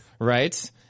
right